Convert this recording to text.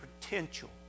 potential